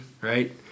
right